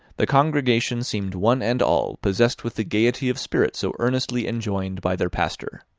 the congregation seemed one and all possessed with the gaiety of spirit so earnestly enjoined by their pastor.